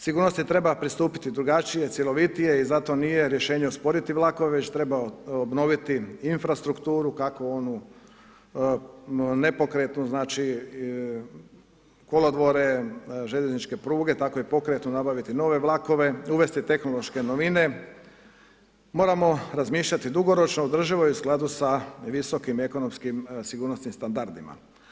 Sigurnosti treba pristupiti drugačije, cjelovitije i zato nije rješenje usporiti vlakove, već treba obnoviti infrastrukturu kakvu onu nepokretnu, znači kolodvore, željezničke pruge, tako i pokretnu, nabaviti nove vlakove, uvesti tehnološke novine, moramo razmišljati dugoročno, održivo i u skladu sa visokim ekonomskim sigurnosnim standardima.